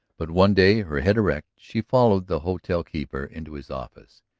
but one day, her head erect, she followed the hotel keeper into his office.